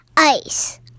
Ice